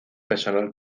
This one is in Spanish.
personal